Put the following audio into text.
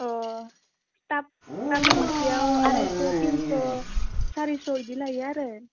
अ टाप मोनसेयाव आरायस' थिनस' सारिस' बिदि लायो आरो